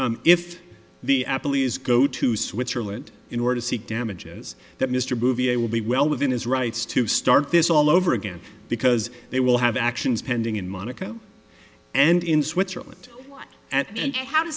that if the police go to switzerland in order to seek damages that mr bouvier will be well within his rights to start this all over again because they will have actions pending in monaco and in switzerland and how